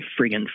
friggin